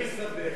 הוא אוהב להסתבך,